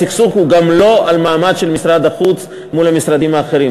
הסכסוך הוא גם לא על המעמד של משרד החוץ מול משרדים אחרים.